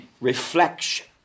reflection